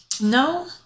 No